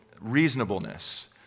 reasonableness